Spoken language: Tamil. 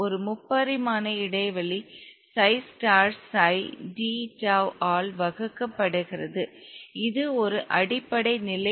ஒரு முப்பரிமாண இடைவெளி சை ஸ்டார் சை d டவ் ஆல் வகுக்கப்படுகிறது இது ஒரு அடிப்படை நிலை